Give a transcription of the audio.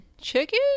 chicken